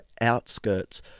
outskirts